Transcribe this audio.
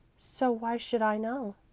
so why should i know?